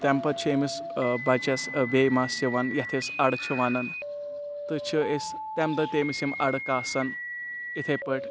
تَمہِ پَتہٕ چھِ أمِس بَچَس بیٚیہِ مَس یِوان یَتھ أسۍ اَرٕ چھِ وَنان تہٕ چھِ أسۍ تَمہِ دۄہ تہِ أمِس یِم اَرٕ کاسان یِتھَے پٲٹھۍ